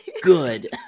good